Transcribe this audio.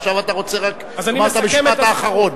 עכשיו אתה רוצה לומר את המשפט האחרון.